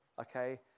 okay